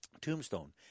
Tombstone